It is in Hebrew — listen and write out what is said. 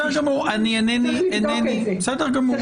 לצערנו,